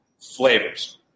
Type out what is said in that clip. flavors